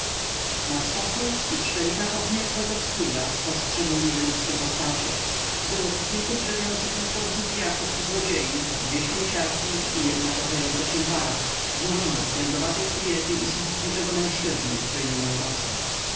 na stoku i w szczelinach obmierzłego wzgórza spostrzegł niby ludzkie postacie było tu kilku drzemiących na słońcu pijaków czy złodziei dwie śmieciarki i jedna kochająca się para złożona z trędowatej kobiety i suchotniczego mężczyzny który nie miał nosa